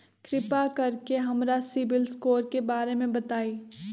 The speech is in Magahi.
कृपा कर के हमरा सिबिल स्कोर के बारे में बताई?